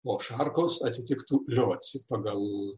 o šarkos atitiktų lioci pagal